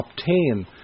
obtain